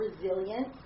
resilience